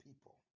people